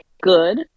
good